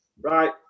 right